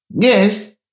Yes